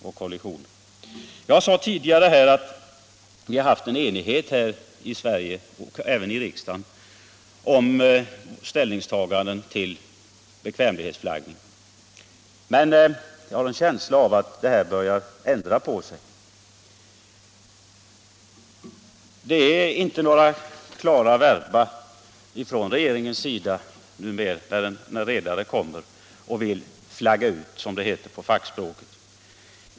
Jag sade i början av mitt anförande att vi har haft enighet här i Sverige, även i riksdagen, om ställningstaganden till bekvämlighetsflagg. Men jag har en känsla av att den inställningen börjar ändras. Det är inte några klara verba från regeringens sida när redare kommer och vill ”flagga ut”, som det heter på fackspråket.